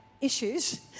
issues